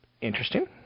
Interesting